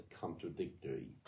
contradictory